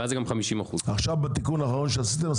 ואז זה גם 50%. עכשיו בתיקון האחרון שעשיתם,